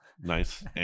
nice